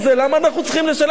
למה אנחנו צריכים לשלם את זה?